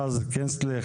רז קינסטליך,